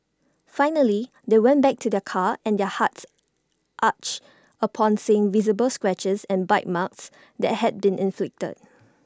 finally they went back to their car and their hearts ached upon seeing the visible scratches and bite marks that had been inflicted